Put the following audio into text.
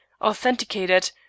authenticated